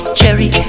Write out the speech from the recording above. cherry